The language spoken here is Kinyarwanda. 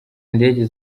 ndege